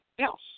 else